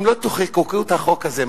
אם לא תחוקקו את החוק הזה,